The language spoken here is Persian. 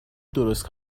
درست